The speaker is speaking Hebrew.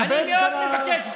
אני מאוד מבקש,